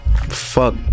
Fuck